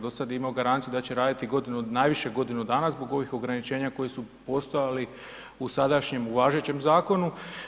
Do sada je imao garanciju da će raditi najviše godinu dana zbog ovih ograničenja koji su postojali u sadašnjem važećem zakonu.